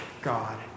God